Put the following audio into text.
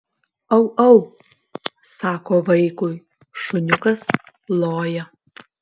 au au sako vaikui šuniukas loja